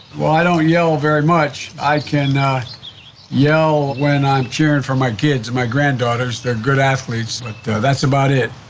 well i don't yell very much. i can yell when i'm cheering for my kids and my granddaughters, they're good athletes but like that's about it.